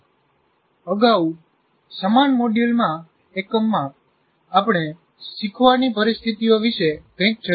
અગાઉ સમાન મોડ્યુલમાં એકમમાં આપણે શીખવાની પરિસ્થિતિઓ વિશે કંઈક ચર્ચા કરી